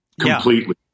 completely